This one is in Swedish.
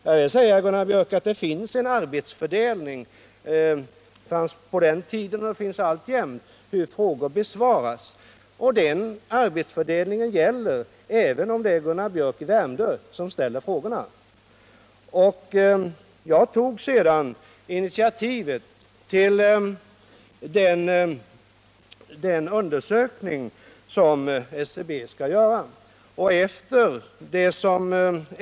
Jag vill säga herr Biörck att det finns en arbetsfördelning — och den fanns på den tiden också — för hur frågor besvaras. Den arbetsfördelningen gäller även om det är Gunnar Biörck i Värmdö som ställer frågorna. Jag tog vidare initiativet till den undersökning som SCB skall göra.